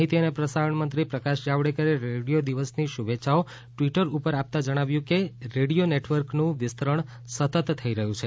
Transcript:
માહિતી અને પ્રસારણ મંત્રી પ્રકાશ જાવડેકરે રેડિયો દિવસની શુભેચ્છાઓ ટવીટર ઉપર આપતા જણાવ્યું હતું કે રેડિયો નેટવર્કનું વિસ્તરણ સતત થઇ રહયું છે